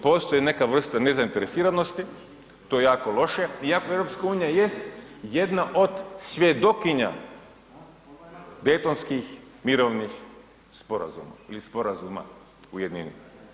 Postoji neka vrsta nezainteresiranosti i to je jako loše, iako EU jest jedna od svjedokinja Daytonskih mirovnih sporazuma ili sporazuma u jednini.